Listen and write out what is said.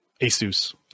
Asus